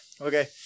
Okay